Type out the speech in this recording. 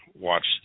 watch